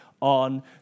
on